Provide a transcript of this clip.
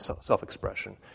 self-expression